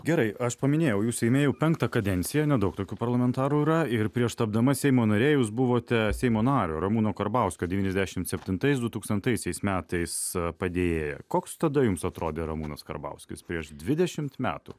gerai aš paminėjau jūs seime jau penktą kadenciją nedaug tokių parlamentarų yra ir prieš tapdama seimo nare jūs buvote seimo nario ramūno karbauskio devyniasdešimt septintais dutūkstantaisiais metais padėjėja koks tada jums atrodė ramūnas karbauskis prieš dvidešimt metų